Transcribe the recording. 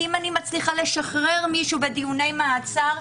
כי אם אני מצליחה לשחרר מישהו בדיוני המעצר,